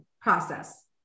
process